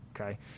okay